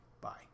Bye